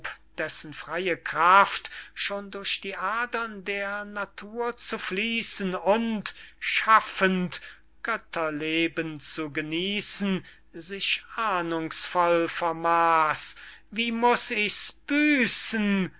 dessen freye kraft schon durch die adern der natur zu fließen und schaffend götterleben zu genießen sich ahndungsvoll vermaß wie muß ich's büßen